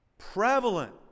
prevalent